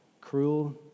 cruel